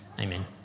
Amen